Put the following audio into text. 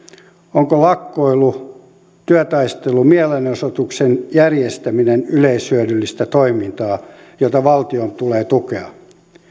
onko lakkoilu työtaistelu mielenosoituksen järjestäminen yleishyödyllistä toimintaa jota valtion tulee tukea